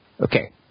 Okay